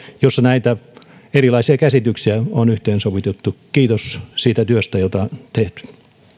jossa näitä erilaisia käsityksiä on yhteensovitettu kiitos siitä työstä jota on tehty